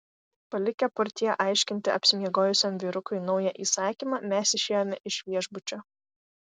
palikę portjė aiškinti apsimiegojusiam vyrukui naują įsakymą mes išėjome iš viešbučio